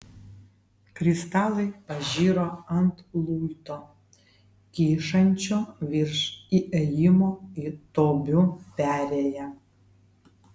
kristalai pažiro ant luito kyšančio virš įėjimo į tobių perėją